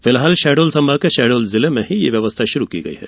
फिलहाल शहडोल संभाग के शहडोल जिले में ही यह व्यवस्था शुरु की गई है